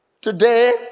Today